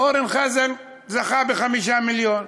אורן חזן זכה ב-5 מיליון,